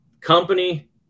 company